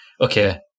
okay